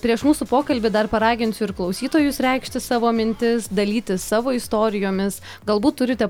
prieš mūsų pokalbį dar paraginsiu ir klausytojus reikšti savo mintis dalytis savo istorijomis galbūt turite